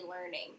learning